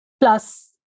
plus